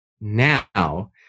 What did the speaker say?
now